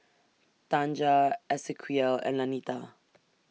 Tanja Esequiel and Lanita